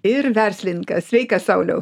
ir verslininkas sveikas sauliau